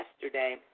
yesterday